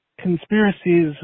conspiracies